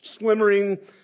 slimmering